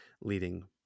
leading